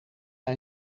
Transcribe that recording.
bij